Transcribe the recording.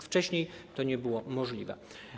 Wcześniej to nie było możliwe.